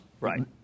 Right